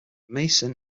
meissen